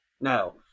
No